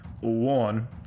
one